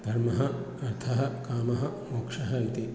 धर्मः अर्थः कामः मोक्षः इति